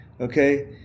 okay